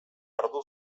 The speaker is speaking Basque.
ardo